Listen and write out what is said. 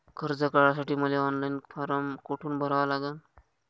कर्ज काढासाठी मले ऑनलाईन फारम कोठून भरावा लागन?